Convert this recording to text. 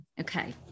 Okay